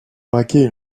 braquer